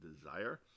Desire